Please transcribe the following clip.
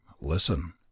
Listen